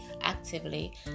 actively